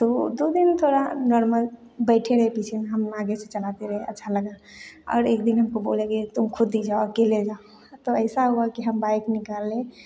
तो दो दिन थोड़ा नॉर्मल बैठे रहे पीछे हम आगे से चलाते रहे अच्छा लगा और एक दिन हमको बोले के तुम खुद ही जाओ अकेले जाओ तो ऐसा हुआ कि हम बाइक निकाले